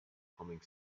humming